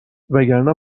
وگرنه